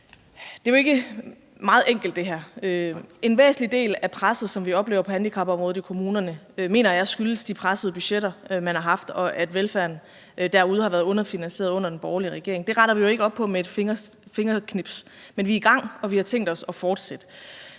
det her jo ikke er særlig enkelt. En væsentlig del af presset, som vi oplever på handicapområdet i kommunerne, mener jeg skyldes de pressede budgetter, man har haft, og at velfærden derude har været underfinansieret under den borgerlige regering. Det retter vi jo ikke op på med et fingerknips, men vi er i gang, og vi har tænkt os at fortsætte.